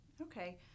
Okay